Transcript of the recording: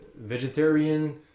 vegetarian